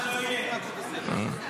חודש וחצי --- הכול בסדר.